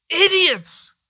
idiots